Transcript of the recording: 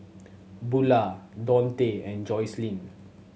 Bula Dontae and Jocelynn